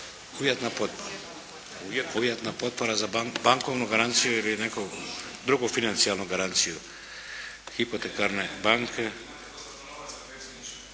Uvjetna potpora za bankovnu garanciju ili neku drugu financijalnu garanciju. Hipotekarne banke…